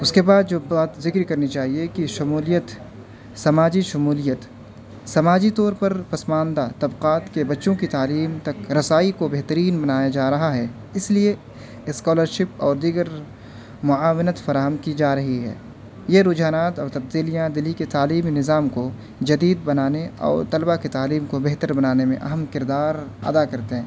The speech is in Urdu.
اس کے بعد جو بات ذکر کرنی چاہیے کہ شمولیت سماجی شمولیت سماجی طور پر پسماندہ طبقات کے بچوں کی تعلیم تک رسائی کو بہترین بنایا جا رہا ہے اس لیے اسکالرشپ اور دیگر معاونت فراہم کی جا رہی ہے یہ رجحانات اور تبدیلیاں دلی کے تعلیمی نظام کو جدید بنانے اور طلبہ کے تعلیم کو بہتر بنانے میں اہم کردار ادا کرتے ہیں